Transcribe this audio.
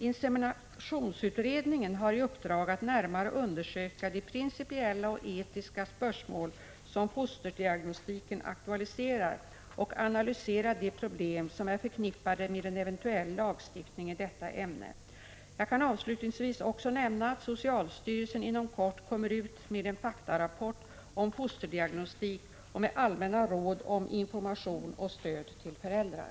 Inseminationsutredningen har i uppdrag att närmare undersöka de principiella och etiska spörsmål som fosterdiagnostiken aktualiserar och analysera de problem som är förknippade med en eventuell lagstiftning i detta ämne. Jag kan avslutningsvis också nämna att socialstyrelsen inom kort kommer ut med en faktarapport om fosterdiagnostik och med allmänna råd om information och stöd till föräldrar.